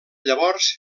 llavors